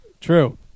True